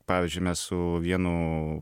pavyzdžiui mes su vienu